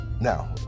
Now